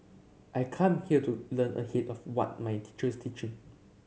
I come here to learn ahead of what my teacher is teaching